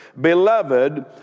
Beloved